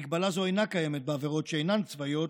מגבלה זאת אינה קיימת בעבירות שאינן צבאיות,